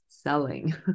Selling